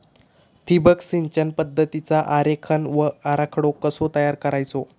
ठिबक सिंचन पद्धतीचा आरेखन व आराखडो कसो तयार करायचो?